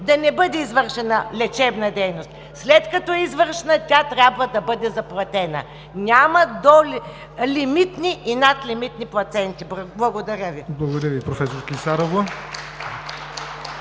да не бъде извършена лечебна дейност. След като е извършена, тя трябва да бъде заплатена. Няма лимитни и надлимитни пациенти. Благодаря Ви. (Ръкопляскания от